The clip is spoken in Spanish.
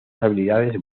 habilidades